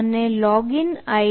અને login I